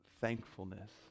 thankfulness